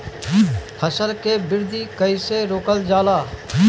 फसल के वृद्धि कइसे रोकल जाला?